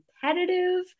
competitive